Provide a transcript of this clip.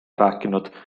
rääkinud